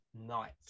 night